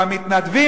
במתנדבים,